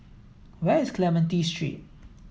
where is Clementi Street